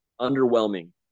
underwhelming